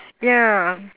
ya